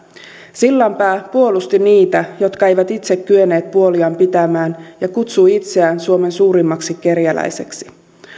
sillanpää puolusti niitä jotka eivät itse kyenneet puoliaan pitämään ja kutsui itseään suomen suurimmaksi kerjäläiseksi